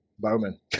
Bowman